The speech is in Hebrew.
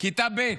לכיתה ב',